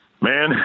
Man